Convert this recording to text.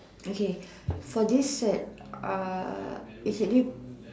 okay for this cert uh actually